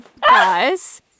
guys